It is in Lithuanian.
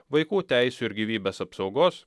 vaikų teisių ir gyvybės apsaugos